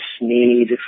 need